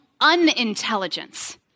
unintelligence